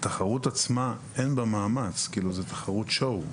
התחרות עצמה, אין בה מאמץ, זו תחרות "שואו".